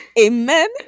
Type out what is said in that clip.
amen